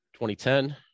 2010